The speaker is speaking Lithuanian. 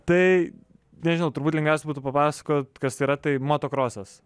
tai nežinau turbūt lengviausia būtų papasakot kas tai yra tai motokrosas